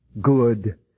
good